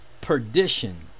perdition